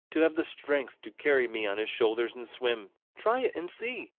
to have the strength to carry me on his shoulders and swim? try it and see!